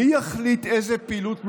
מי יחליט איזו פעילות מבצעים,